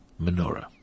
menorah